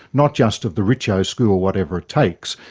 not just of the richo school whatever it takes,